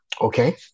okay